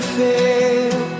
fail